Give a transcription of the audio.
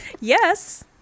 Yes